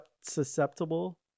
susceptible